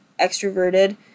extroverted